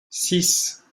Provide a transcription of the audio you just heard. six